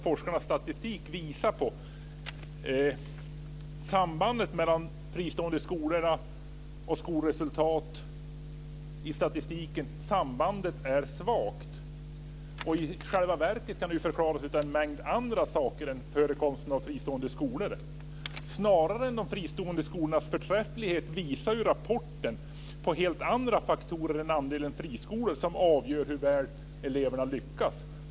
Det statistiska samband som finns mellan fristående skolor och skolresultat är svagt. I själva verket kan det förklaras av en mängd andra saker än förekomsten av fristående skolor. Snarare än på de fristående skolornas förträfflighet visar rapporten på att helt andra faktorer än förekomsten av friskolor avgör hur väl eleverna lyckas.